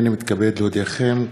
הנני מתכבד להודיעכם,